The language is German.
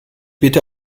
bitte